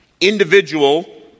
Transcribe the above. individual